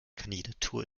kandidatur